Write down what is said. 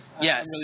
Yes